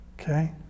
okay